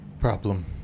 problem